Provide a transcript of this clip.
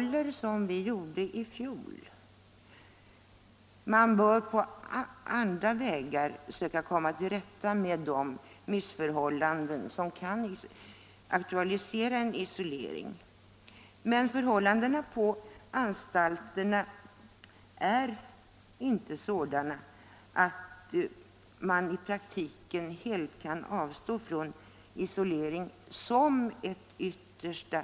Liksom i fjol framhåller vi att man på andra vägar bör försöka komma till rätta med de missförhållanden som nu kan aktualisera en isolering. Men förhållandena på anstalterna är inte sådana att man i praktiken helt kan avstå från isolering som ett yttersta